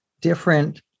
different